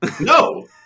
no